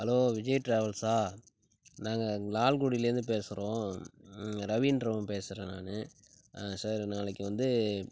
hello Vijay ட்ராவல்ஸா நாங்கள் லால்குடிலேருந்து பேசுகிறோம் ரவின்றவன் பேசுகிறேன் நான் ஆ சார் நாளைக்கு வந்து